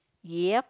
yeap